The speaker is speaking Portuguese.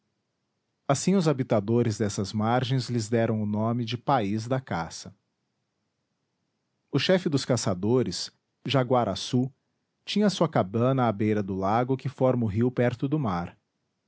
assim os habitadores dessas margens lhes deram o nome de país da caça o chefe dos caçadores jaguaraçu tinha sua cabana à beira do lago que forma o rio perto do mar